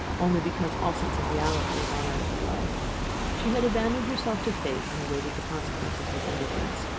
only because all sense of reality had gone out of her life she had abandoned herself to fate, and awaited the consequences with indifference.